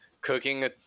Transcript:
Cooking